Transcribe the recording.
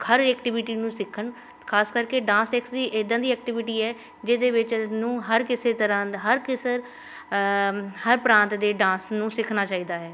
ਹਰ activity ਨੂੰ ਸਿੱਖਣ ਖਾਸ ਕਰਕੇ ਡਾਂਸ ਐਕਸੀ ਇੱਦਾਂ ਦੀ ਐਕਟੀਵਿਟੀ ਹੈ ਜਿਹਦੇ ਵਿੱਚ ਨੂੰ ਹਰ ਕਿਸੇ ਤਰ੍ਹਾਂ ਹਰ ਕੇਸਰ ਹਰ ਪ੍ਰਾਂਤ ਦੇ ਡਾਂਸ ਨੂੰ ਸਿੱਖਣਾ ਚਾਹੀਦਾ ਹੈ